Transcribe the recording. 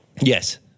Yes